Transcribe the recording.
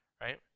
Right